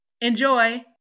Enjoy